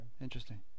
Interesting